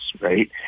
right